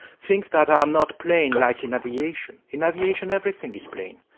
things that are not plain like in aviation. in aviation everything is plain,